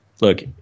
Look